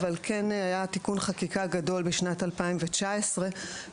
אבל כן היה תיקון חקיקה גדול בשנת 2019 שהכיל